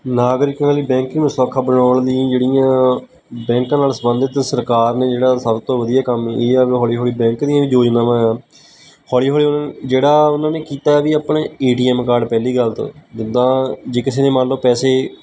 ਨਾਗਰਿਕ ਵਾਲੀ ਬੈਂਕੀ ਨੂੰ ਸੌਖਾ ਬਣਾਉਣ ਲਈ ਜਿਹੜੀਆਂ ਬੈਂਕਾਂ ਨਾਲ ਸੰਬੰਧਿਤ ਸਰਕਾਰ ਨੇ ਜਿਹੜਾ ਸਭ ਤੋਂ ਵਧੀਆ ਕੰਮ ਇਹ ਆ ਹੌਲੀ ਹੌਲੀ ਬੈਂਕ ਦੀਆਂ ਵੀ ਯੋਜਨਾਵਾਂ ਹੌਲੀ ਹੌਲੀ ਜਿਹੜਾ ਉਹਨਾਂ ਨੇ ਕੀਤਾ ਵੀ ਆਪਣੇ ਏ ਟੀ ਐੱਮ ਕਾਰਡ ਪਹਿਲੀ ਗੱਲ ਤਾਂ ਜਿੱਦਾਂ ਜੇ ਕਿਸੇ ਨੇ ਮੰਨ ਲਓ ਪੈਸੇ